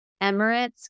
Emirates